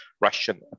Russian